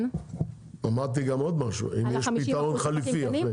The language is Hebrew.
אם יש פתרון חליפי,